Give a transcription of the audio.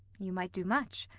you might do much.